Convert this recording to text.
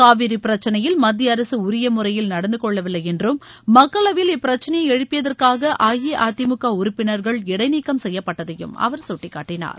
காவிரி பிரச்னையில் மத்திய அரசு உரிய முறையில் நடந்து கொள்ளவில்லை என்றும் மக்களவையில் இப்பிரச்னையை எழுப்பியதற்காக அஇஅதிமுக உறுப்பினர்கள் இடைநீக்கம் செய்யப்பட்டதையும் அவர் சுட்டிக்காட்டினார்